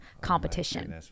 competition